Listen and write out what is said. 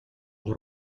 und